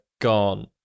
gone